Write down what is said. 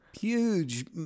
huge